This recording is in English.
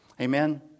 Amen